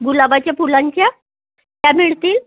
गुलाबाच्या फुलांच्या त्या मिळतील